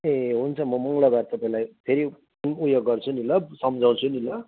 ए हुन्छ म मङ्गलबार तपाईँलाई फेरि उयो गर्छु नि ल सम्झाउँछु नि ल